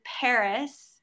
Paris